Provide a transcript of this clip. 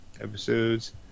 Episodes